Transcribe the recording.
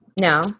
No